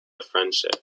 friendship